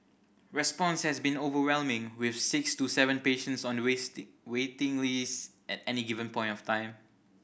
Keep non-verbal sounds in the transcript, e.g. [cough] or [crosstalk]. response has been overwhelming with six to seven patients on the [unintelligible] waiting list at any given point of time